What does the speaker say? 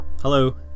hello